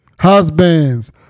husbands